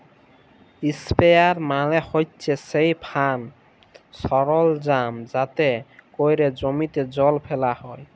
ইসপেরেয়ার মালে হছে সেই ফার্ম সরলজাম যাতে ক্যরে জমিতে জল ফ্যালা হ্যয়